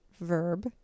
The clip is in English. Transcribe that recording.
Verb